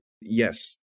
yes